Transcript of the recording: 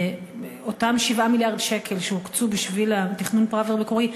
אותם 7 מיליארד שקל שהוקצו בשביל תכנון פראוור המקורי,